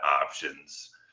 options